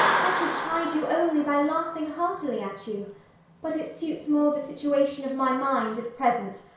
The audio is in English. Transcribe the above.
i should chide you only by laughing heartily at you but it suits more the situation of my mind, at present,